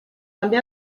també